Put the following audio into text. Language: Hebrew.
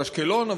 באשקלון,